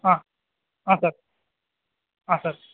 ಹಾಂ ಹಾಂ ಸರ್ ಹಾಂ ಸರ್